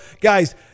Guys